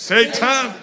Satan